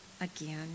again